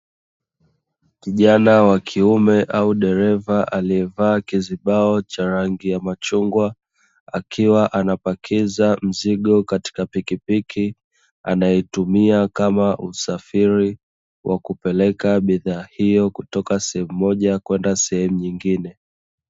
Kijana wa kiume au dereva aliyevaa kizibao cha rangi ya machungwa, akiwa anapakiza mzigo katika pikipiki, anayotumia kama usafiri, wa kupeleka bidhaa hiyo kutoka sehemu moja kwenda sehemu nyengine.